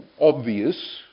obvious